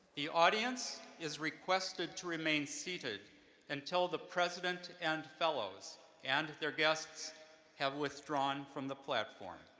the audience is requested to remain seated until the president and fellows and their guests have withdrawn from the platform.